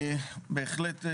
בהחלט,